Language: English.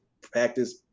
practice